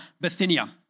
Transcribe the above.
Bithynia